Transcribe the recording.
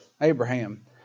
Abraham